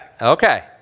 Okay